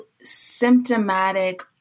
symptomatic